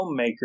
filmmaker